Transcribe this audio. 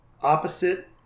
opposite